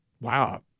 Wow